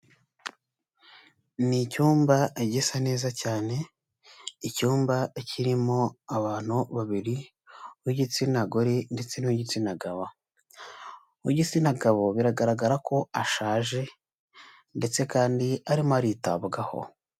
Ni icyumba gisa neza cyane. Icyumba kirimo abantu babiri b'igitsina gore ndetse n'uwigitsina gabo. Uw'igitsina gabo biragaragara ko ashaje ndetse kandi arimo aritabwagaho.